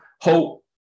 hope